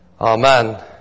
amen